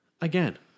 again